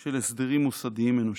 של הסדרים מוסדיים אנושיים.